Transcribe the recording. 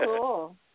cool